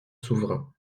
souverain